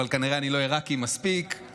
כנראה אני לא עיראקי מספיק,